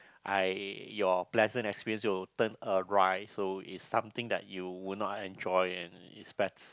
I your pleasant experience will turn alright so it's something that you would not enjoy and it's best